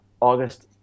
August